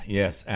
yes